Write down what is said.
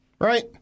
right